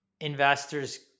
Investors